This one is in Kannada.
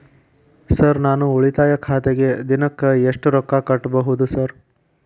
ಸರ್ ನಾನು ಉಳಿತಾಯ ಖಾತೆಗೆ ದಿನಕ್ಕ ಎಷ್ಟು ರೊಕ್ಕಾ ಕಟ್ಟುಬಹುದು ಸರ್?